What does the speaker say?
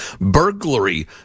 Burglary